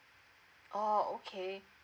oh okay